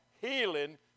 healing